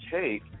take